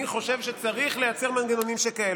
אני חושב שצריך לייצר מנגנונים שכאלה.